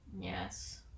yes